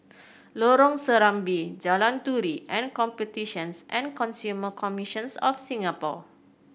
Lorong Serambi Jalan Turi and Competitions and Consumer Commissions of Singapore